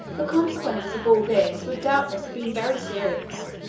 the consequences of all this would doubtless have been very serious,